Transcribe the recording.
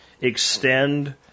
extend